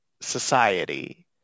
society